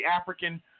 African